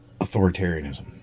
authoritarianism